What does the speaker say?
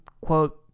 quote